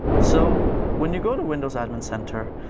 so when you go to windows admin center,